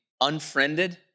unfriended